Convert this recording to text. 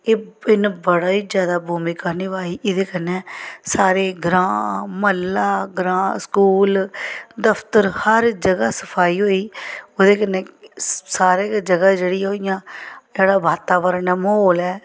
एह् इन्नै बड़ा ई ज्यादा भूमिका निभाई एह्दे कन्नै सारे ग्रांऽ म्हल्ला ग्रांऽ स्कूल दफ्तर हर जगह सफाई होई ओह्दे कन्नै सारे गै जगह् जेह्ड़ियां होइयां जेह्ड़ा वातावरण ऐ म्हौल ऐ